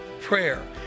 Prayer